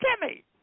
Jimmy